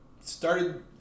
started